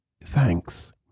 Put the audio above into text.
thanks